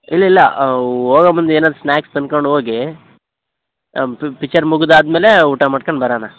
ಇಲ್ಲ ಇಲ್ಲ ಹೋಗೊ ಮುಂದೆ ಏನಾರು ಸ್ನ್ಯಾಕ್ಸ್ ತಿನ್ಕಂಡ್ ಹೋಗಿ ಪಿಕ್ಚರ್ ಮುಗಿದಾದ್ಮೇಲೆ ಊಟ ಮಾಡ್ಕಂಡು ಬರಣ